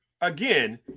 again